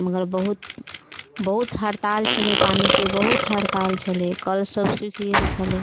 मगर बहुत बहुत हड़ताल छलै पानिके बहुत हड़ताल छलै कल सब सूखि गेल छलै